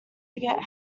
forget